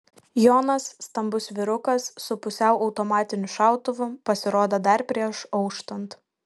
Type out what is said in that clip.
jonas stambus vyrukas su pusiau automatiniu šautuvu pasirodo dar prieš auštant